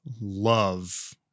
love